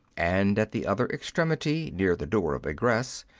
and at the other extremity, near the door of egress,